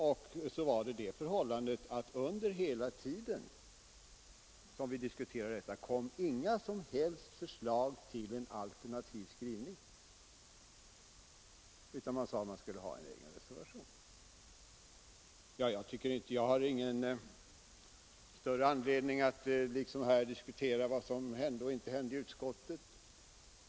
Dessutom kom det under hela den tid vi diskuterade ärendet inga som helst socialdemokratiska förslag till en alternativ skrivning, utan man ville ha en reservation. Jag har ingen större anledning att här ytterligare diskutera vad som hände och inte hände i utskottet.